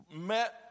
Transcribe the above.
met